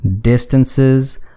distances